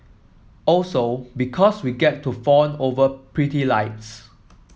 also because we get to fawn over pretty lights